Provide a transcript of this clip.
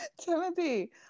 timothy